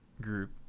group